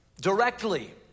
directly